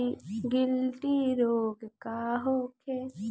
गिल्टी रोग का होखे?